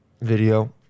video